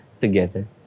together